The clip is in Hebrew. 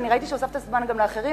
ואני ראיתי שהוספת זמן גם לאחרים,